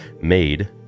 made